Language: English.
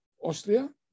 Austria